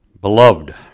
beloved